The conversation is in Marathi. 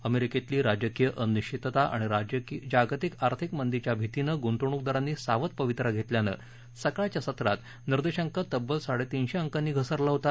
अमेरिकेतली राजकीय अनिश्वितता आणि जागतिक आर्थिक मंदीच्या भितीनं गुंतवणूकदारांनी सावध पवित्रा घेतल्यानं सकाळच्या सत्रात निर्देशांक तब्बल साडेतीनशे अंकांनी घसरला होता